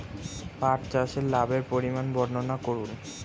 পাঠ চাষের লাভের পরিমান বর্ননা করুন?